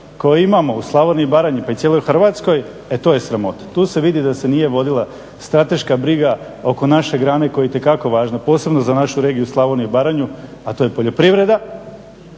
koje imamo u Slavoniji i Baranji pa i u cijeloj Hrvatskoj, e to je sramota. Tu se vidi da se nije vodila strateška briga oko naše grane koja je itekako važna posebno za našu regiju Slavoniju i Baranju a to je poljoprivreda.